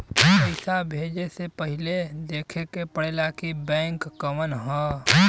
पइसा भेजे से पहिले देखे के पड़ेला कि बैंक कउन ह